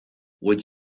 would